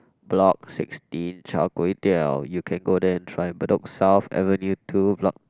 block sixteen Char-Kway-Teow you can go there and try Bedok South Avenue Two block